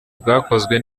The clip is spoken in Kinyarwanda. bwakozwe